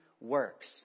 works